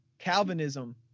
Calvinism